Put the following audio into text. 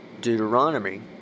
Deuteronomy